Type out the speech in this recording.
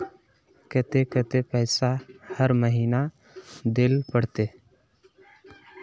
केते कतेक पैसा हर महीना देल पड़ते?